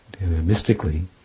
Mystically